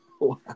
Wow